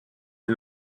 est